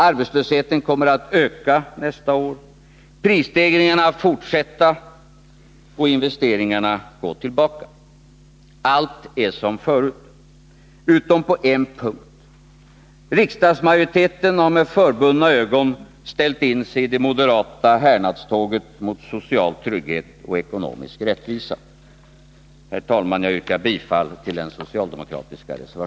Arbetslösheten kommer att öka, prisstegringarna fortsätta och investeringarna gå tillbaka. Allt är som förut. Utom på en punkt — riksdagsmajoriteten har med förbundna ögon ställt in sig i det moderata härnadståget mot social trygghet och ekonomisk rättvisa.